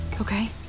Okay